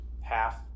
half